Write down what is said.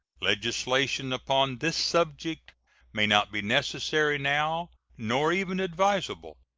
legislation upon this subject may not be necessary now, nor even advisable,